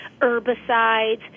herbicides